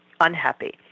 unhappy